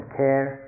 care